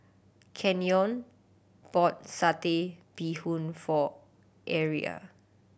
Kenyon bought Satay Bee Hoon for Aria